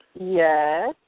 Yes